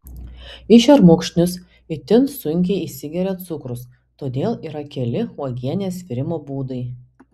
į šermukšnius itin sunkiai įsigeria cukrus todėl yra keli uogienės virimo būdai